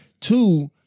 Two